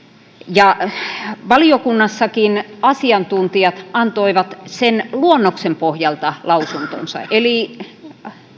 valiokunnassakin asiantuntijat antoivat lausuntonsa sen luonnoksen pohjalta eli